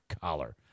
collar